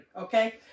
okay